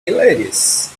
hilarious